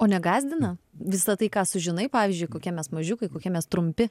o negąsdina visa tai ką sužinai pavyzdžiui kokie mes mažiukai kokie mes trumpi